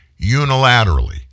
unilaterally